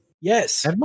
yes